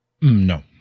No